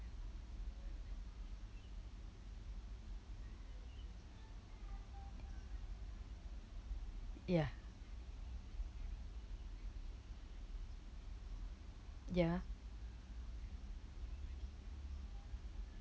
ya ya